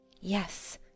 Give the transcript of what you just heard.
Yes